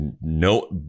No